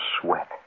sweat